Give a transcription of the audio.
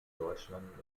deutschland